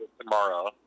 tomorrow